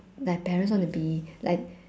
like parents wanna be like